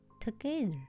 together